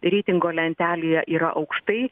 reitingo lentelėje yra aukštai